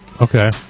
Okay